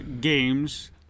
games